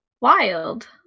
wild